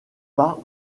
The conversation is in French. pas